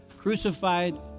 crucified